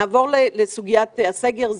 נעבור לסוגיית הסגר,